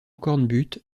cornbutte